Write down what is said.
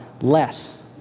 less